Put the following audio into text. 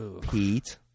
Pete